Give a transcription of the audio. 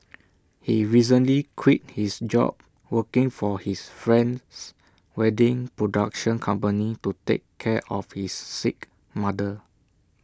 he recently quit his job working for his friend's wedding production company to take care of his sick mother